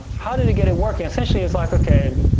how did he get it working? essentially, he was like, okay,